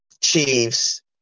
Chiefs